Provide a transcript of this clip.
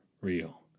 real